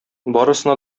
барысына